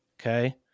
okay